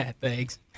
Thanks